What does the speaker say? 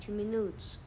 minutos